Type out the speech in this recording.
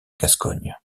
gascogne